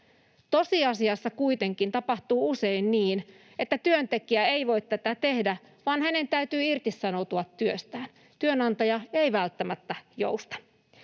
Tosiasiassa kuitenkin tapahtuu usein niin, että työntekijä ei voi tätä tehdä vaan hänen täytyy irtisanoutua työstään. Työnantaja ei välttämättä jousta.